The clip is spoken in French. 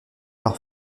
par